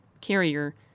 carrier